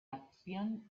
acción